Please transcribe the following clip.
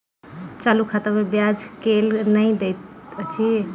चालू खाता मे ब्याज केल नहि दैत अछि